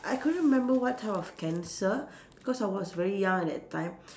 I couldn't remember what type of cancer cause I was very young at that time